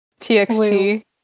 TXT